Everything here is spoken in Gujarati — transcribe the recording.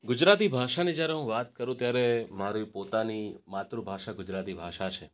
ગુજરાતી ભાષાની જ્યારે હું વાત કરું ત્યારે મારી પોતાની માતૃભાષા ગુજરાતી ભાષા છે